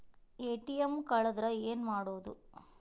ATM ಕಳದ್ರ ಏನು ಮಾಡೋದು?